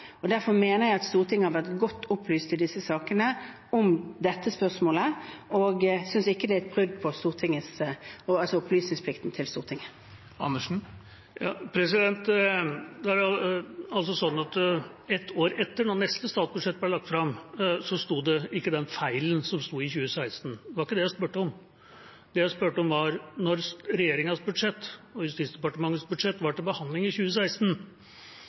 tidspunktet. Derfor mener jeg Stortinget har vært godt opplyst i disse sakene om dette spørsmålet, og syns ikke det er et brudd på opplysningsplikten til Stortinget. Det er altså sånn at ett år etter, da neste statsbudsjett ble lagt fram, sto ikke den feilen som sto der i 2015. Det var ikke det jeg spurte om. Det jeg spurte om, var: Da regjeringens budsjett og Justisdepartementets budsjett var til behandling i